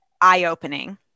eye-opening